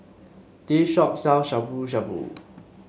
this shop sell Shabu Shabu